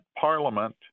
Parliament